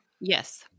Yes